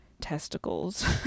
testicles